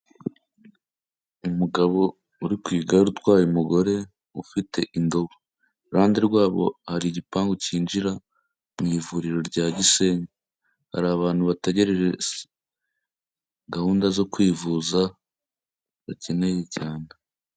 Umugabo uri ku igare utwaye umugore ufite indobo, iruhande rwabo hari igipangu cyinjira mu ivuriro rya Gisenyi, hari abantu bategereje gahunda zo kwivuza bakeneye cyane.